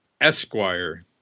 Esquire